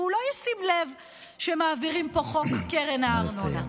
והוא לא ישים לב שמעבירים פה חוק קרן הארנונה.